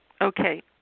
Okay